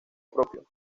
propio